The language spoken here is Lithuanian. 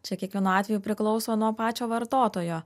čia kiekvienu atveju priklauso nuo pačio vartotojo